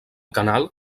canal